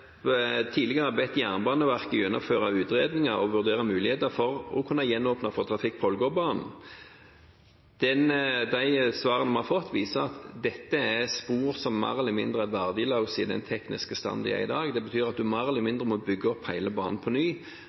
tidligere bedt Jernbaneverket gjennomføre utredninger og vurdere muligheter for å kunne gjenåpne for trafikk på Ålgårdbanen. De svarene vi har fått, viser at dette er spor som mer eller mindre er verdiløse i den tekniske standen de er i i dag. Det betyr at en mer eller mindre må bygge opp hele banen på ny,